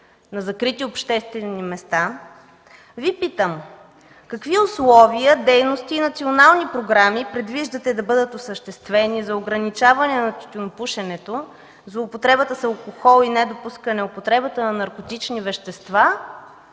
на закрити обществени места, Ви питам: какви условия, дейности и национални програми предвиждате да бъдат осъществени за ограничаване на тютюнопушенето, злоупотребата с алкохол и недопускане употребата на наркотични вещества